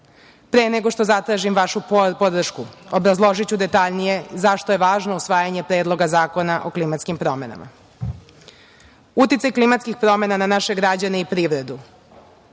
nego što zatražim vašu podršku obrazložiću detaljnije zašto je važno usvajanje Predloga zakona o klimatskim promenama. Uticaj klimatskih promena na naše građane i privredu